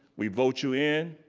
we vote you in,